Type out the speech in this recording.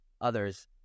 others